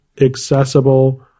accessible